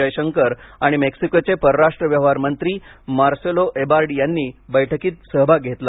जयशंकर आणि मेक्सिकोचे परराष्ट्र व्यवहार मंत्री मार्सेलो एबार्ड यांनी बैठकीत सभाग घेतला